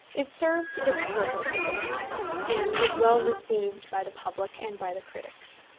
it served its purpose at the time, and was well received by the public and by the critics.